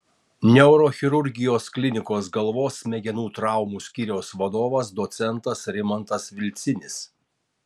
neurochirurgijos klinikos galvos smegenų traumų skyriaus vadovas docentas rimantas vilcinis